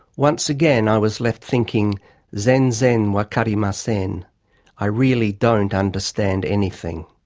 once again i was left thinking zen zen wakarimasen i really don't understand anything.